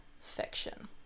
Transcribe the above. fiction